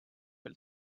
veel